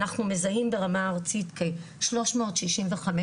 אנחנו מזהים ברמה הארצית כשלוש מאות שישים וחמש